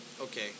Okay